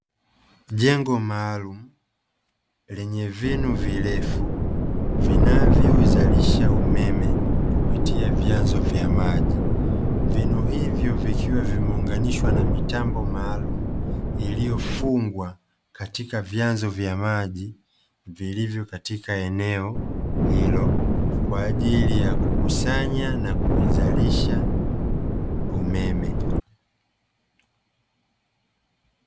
Jengo maalumu lenye vinu virefu vinavyozalisha umeme kupitia vyanzo vya maji, vinu hivyo vikiwa vimeunganishwa na mitambo maalumu iliyofungwa katika vyanzo vya maji vilivyo katika eneo hilo kwaajili ya kukusanya na kuzalisha umeme.